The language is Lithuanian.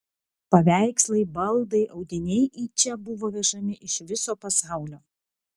paveikslai baldai audiniai į čia buvo vežami iš viso pasaulio